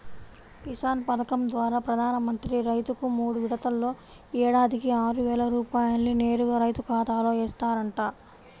కిసాన్ పథకం ద్వారా ప్రధాన మంత్రి రైతుకు మూడు విడతల్లో ఏడాదికి ఆరువేల రూపాయల్ని నేరుగా రైతు ఖాతాలో ఏస్తారంట